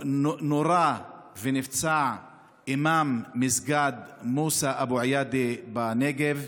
נורה ונפצע אימאם מסגד, מוסא אבו עיאדה, בנגב,